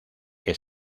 que